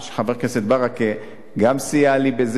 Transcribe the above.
וחבר הכנסת ברכה גם סייע לי בזה,